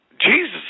Jesus